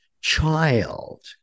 child